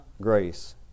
grace